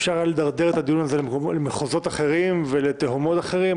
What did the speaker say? אפשר היה לדרדר את הדיון הזה למחוזות אחרים ולתהומות אחרים,